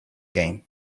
game